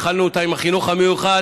התחלנו אותה עם החינוך המיוחד,